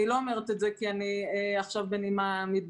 אני לא אומרת את זה כי אני עכשיו בנימה מתבכיינת,